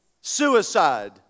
suicide